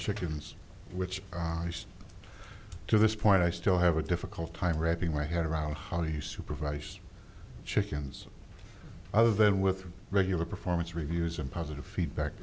chickens which are used to this point i still have a difficult time wrapping my head around honey you supervised chickens other than with regular performance reviews and positive feedback